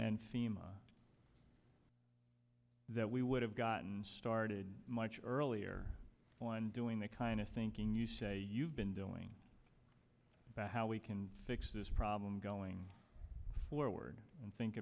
and seem that we would have gotten started much earlier on doing the kind of thinking you say you've been doing about how we can fix this problem going forward and think